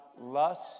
Lust